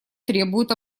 требуют